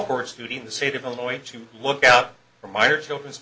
or studio in the state of illinois to look out for minor children's